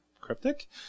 Cryptic